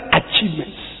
achievements